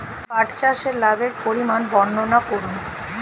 পাঠ চাষের লাভের পরিমান বর্ননা করুন?